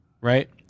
right